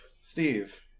Steve